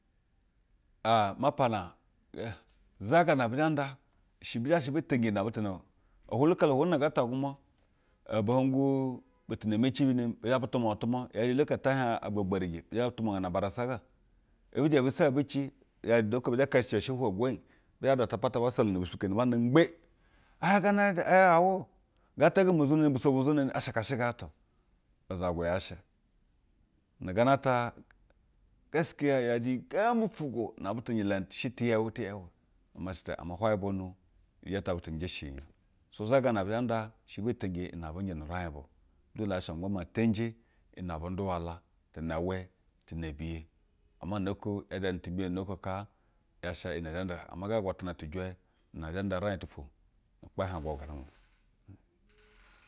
Aa ma pana, ɛ za gana zhenda she be zhe she be teyinje iyi ne butu nduwa o. Ohwolo okolo chwula ngaa ta gwumwa en hubo-jgwubutu na meci binemi bizhe lumwana tumwa yaje ehilooko ete hiejagba gberije ni zhe tumwana abarsa fa, ebi zhe ebe se ci, yajɛ uda oko ebi zhɛ keshice she imɛ egwonyi bi zhe data pata ba sala ne bisukeniba nd gbe. Ee hiej gaa na be hi awo gana atatgamke zweneni zwenine buso bwa zweneni asha kaa she gana ata o, to uzgagwu yaa sh e nu gana ata geskiya yaje iyi gembi fwugwo na butu nje la ci she te yeute yeu ama she ta mana hwaye bwumu yete butu nje she i-j ya o. So za gana ebi zha nda she te teyinje iyi ne abe njɛ na uraij bu dole yaa she magba maa teinje iyi ne abun nduwa la ti une we tine biye. Ama ana ko ya zhaje ni timbiyon una ko kaa. Ya sha iyi ne zhe nda. Ama ga agwanta te jwe nazhe nda uraij tu ufwu nu ukpshig agwaghanga kerre